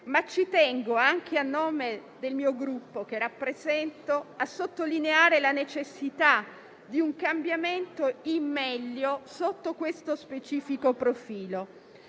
ma ci tengo, anche a nome del Gruppo che rappresento, a sottolineare la necessità di un cambiamento in meglio sotto questo specifico profilo,